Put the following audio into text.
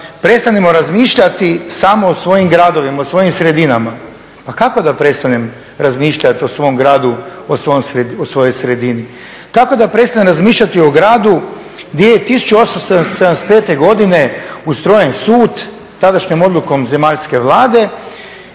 prestanemo razmišljati samo o svojim gradovima, o svojim sredinama. Pa kako da prestanem razmišljati o svom gradu, o svojoj sredini? Kako da prestanem razmišljati o gradu gdje je 1875. godine ustrojen sud, tadašnjom odlukom zemaljske vlade,